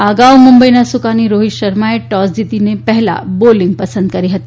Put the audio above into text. એ અગાઉ મુંબઇના સુકાની રોહિત શર્માએ ટોસ જીતીને પહેંલા બોલીંગ પસંગ કરી હતી